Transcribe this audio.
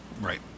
right